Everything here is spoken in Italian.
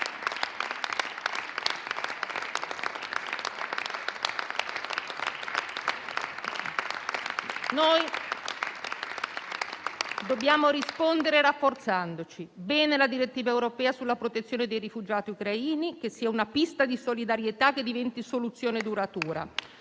Noi dobbiamo rispondere rafforzandoci. Va bene la direttiva europea sulla protezione dei rifugiati ucraini: che sia una pista di solidarietà e che diventi soluzione duratura